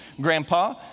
Grandpa